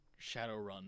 Shadowrun